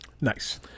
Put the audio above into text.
Nice